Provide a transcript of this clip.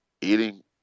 Eating